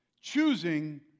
Choosing